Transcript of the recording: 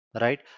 right